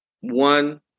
one